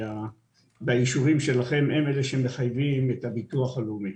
הם אלה שמחייבים את הביטוח הלאומי.